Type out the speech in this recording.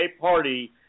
party